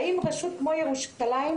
האם רשות כמו ירושלים,